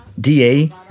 D-A